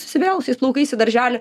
susivėlusiais plaukais į darželį